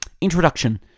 introduction